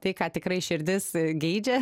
tai ką tikrai širdis geidžia